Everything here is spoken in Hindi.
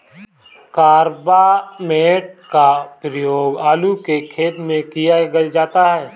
कार्बामेट का प्रयोग आलू के खेत में किया जाता है